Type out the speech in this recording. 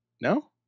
No